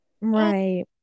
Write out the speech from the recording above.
Right